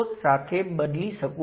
તમારી પાસે z parameter છે